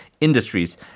industries